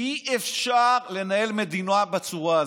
אי-אפשר לנהל מדינה בצורה הזו.